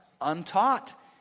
untaught